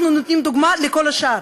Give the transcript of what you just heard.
אנחנו נותנים דוגמה לכל השאר.